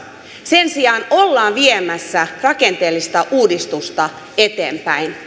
sen sijaan ollaan viemässä rakenteellista uudistusta eteenpäin